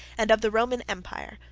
and of the roman empire,